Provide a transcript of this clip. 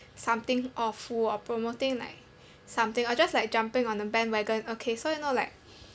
something awful or promoting like something or just like jumping on the bandwagon okay so you know like